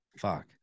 Fuck